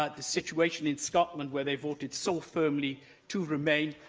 ah the situation in scotland, where they voted so firmly to remain,